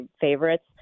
favorites